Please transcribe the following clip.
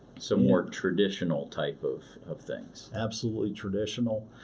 so, more traditional type of of things? absolutely traditional.